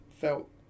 felt